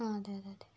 ആ അതെ അതെ അതെ